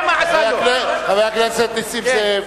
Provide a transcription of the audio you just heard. חבר הכנסת נסים זאב.